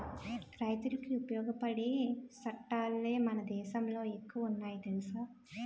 రైతులకి ఉపయోగపడే సట్టాలే మన దేశంలో ఎక్కువ ఉన్నాయి తెలుసా